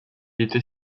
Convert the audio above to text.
était